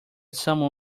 someone